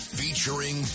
featuring